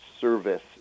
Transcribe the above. service